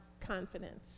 confidence